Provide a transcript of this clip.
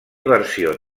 versió